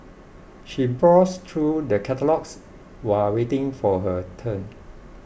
she browsed through the catalogues while waiting for her turn